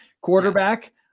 quarterback